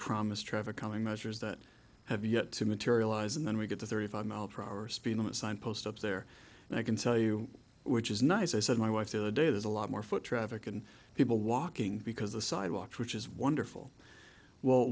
promised traffic calming measures that have yet to materialize and then we get to thirty five mph speed limit sign post up there and i can tell you which is nice i said my wife of the day there's a lot more foot traffic and people walking because the sidewalks which is wonderful well